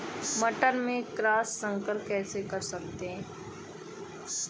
मटर में क्रॉस संकर कैसे कर सकते हैं?